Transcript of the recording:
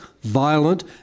violent